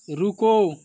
रुको